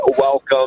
welcome